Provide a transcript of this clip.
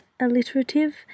alliterative